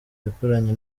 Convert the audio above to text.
yakoranye